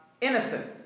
innocent